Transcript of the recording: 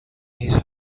his